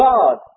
God